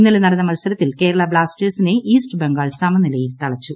ഇന്നലെ നടന്ന മത്സരത്തിൽ കേരള ബ്ലാസ്റ്റേഴ്സിനെ ഇൌസ്റ്റ് ബംഗാൾ സമനിലയിൽ തളച്ചു